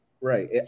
right